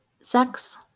Sex